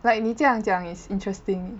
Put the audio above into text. like 你这样讲 is interesting